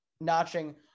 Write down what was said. notching